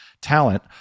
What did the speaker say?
talent